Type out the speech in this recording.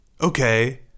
okay